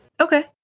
Okay